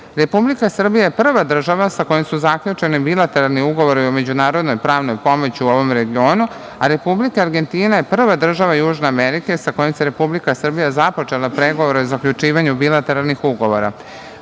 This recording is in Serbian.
Evropu. Republika Srbija je prva država sa kojom su zaključeni bilateralni ugovori o međunarodnoj pravnoj pomoći u ovom regionu, a Republika Argentina je prva država Južne Amerike sa kojom je Republika Srbija započela pregovore o zaključivanju bilateralnih